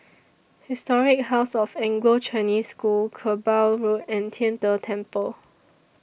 Historic House of Anglo Chinese School Kerbau Road and Tian De Temple